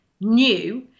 new